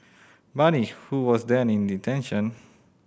Bani who was then in detention